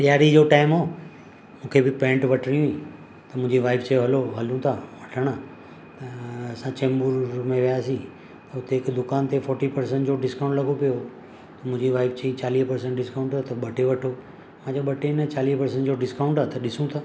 ॾियारी जो टाइम हो मूंखे बि पैंट वठिणी हुई त मुंहिंजी वाइफ चयो हलो हलूं था वठणु असां चैम्बूर में वियासीं त उते हिकु दुकानु ते फोटी प्रसेंट जो डिस्काउंट लॻो पियो हुयो त मुंहिंजी वाइफ चयईं चालीह प्रसेंट डिस्काउंट आहे त ॿ टे वठो मां चयो ॿ टे न चालीह प्रसेंट जो डिस्काउंट आहे त ॾिसूं था